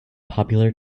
popular